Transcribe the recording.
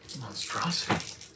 Monstrosity